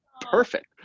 Perfect